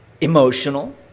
emotional